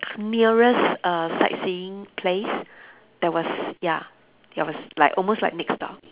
nearest err sightseeing place that was ya that was like almost like mixed up